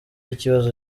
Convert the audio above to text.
ikibazo